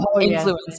influence